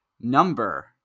number